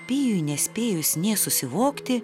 pijui nespėjus nė susivokti